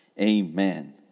Amen